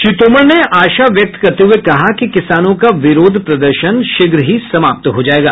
श्री तोमर ने आशा व्यक्त करते हुए कहा कि किसानों का विरोध प्रदर्शन शीघ्र ही समाप्त हो जाएगा